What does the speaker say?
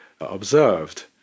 observed